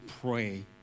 pray